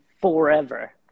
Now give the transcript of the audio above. forever